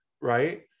Right